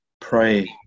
pray